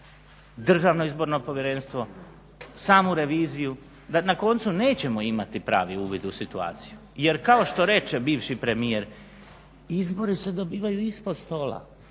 nadležne službe, DIP, samu reviziju da na koncu nećemo imati pravi uvid u situaciju. Jer kao što reče bivši premijer izbori se dobivaju ispod stola,